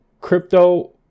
crypto